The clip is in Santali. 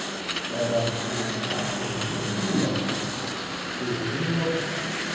ᱨᱟᱭᱵᱟᱨ ᱠᱚᱠᱚ ᱪᱟᱞᱟᱜᱼᱟ ᱚᱱᱟᱜᱮ ᱥᱟᱹᱜᱩᱱ ᱵᱟᱯᱞᱟ ᱛᱤᱦᱤᱧ ᱥᱟᱹᱜᱩᱱ ᱵᱟᱯᱞᱟ